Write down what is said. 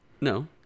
no